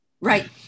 Right